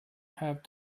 have